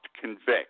convict